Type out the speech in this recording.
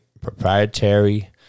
proprietary